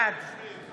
בעד